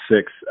six